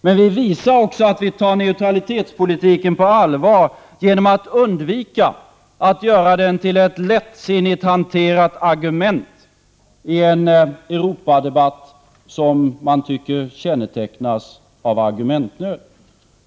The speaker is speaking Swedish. Men vi visar också att vi tar neutralitetspolitiken på allvar genom att undvika att göra den till ett lättsinnigt hanterat argument i en Europadebatt som man tycker kännetecknas av argumentnöd.